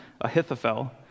Ahithophel